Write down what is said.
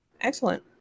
Excellent